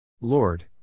Lord